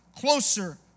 Closer